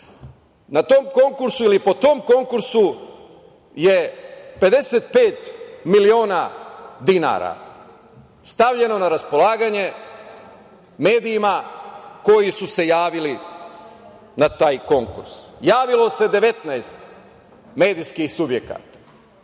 Na tom konkursu ili po tom konkursu je 55 miliona dinara stavljeno na raspolaganje medijima koji su se javili na taj konkurs. Javilo se 19 medijskih subjekata.